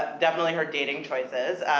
ah definitely, her dating choices